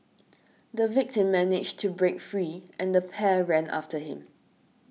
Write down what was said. the victim managed to break free and the pair ran after him